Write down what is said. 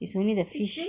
it's only the fish